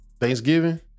Thanksgiving